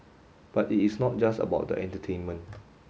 but it is not just about the entertainment